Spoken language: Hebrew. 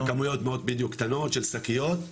בכמויות מאוד, בדיוק, קטנות, של שקיות.